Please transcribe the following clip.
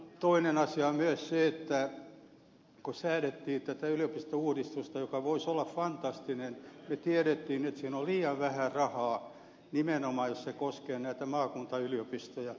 toinen asia on myös se että kun säädettiin tätä yliopistouudistusta joka voisi olla fantastinen me tiesimme että siihen on liian vähän rahaa nimenomaan jos se koskee näitä maakuntayliopistoja